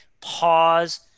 pause